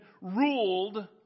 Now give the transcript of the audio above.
ruled